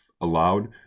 allowed